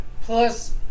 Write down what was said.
Plus